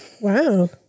Wow